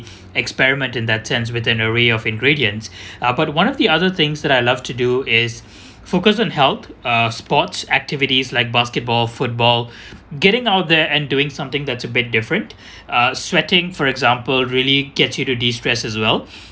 experiment in that sense with an array of ingredients uh but one of the other things that I love to do is focus on health uh sports activities like basketball football getting out there and doing something that's a bit different uh sweating for example really get you to distress as well